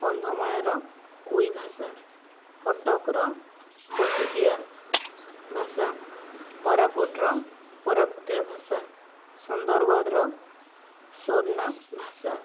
କନ୍ଧମାଳର କୁଇ ଭାଷା କଟକର କଟକିଆ ଭାଷା କୋରାପୁଟର କୋରାପୁଟିଆ ଭାଷା ସୁନ୍ଦରଗଡ଼ର ସ୍ଵର୍ଣ ଭାଷା